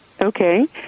Okay